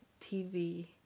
TV